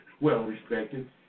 well-respected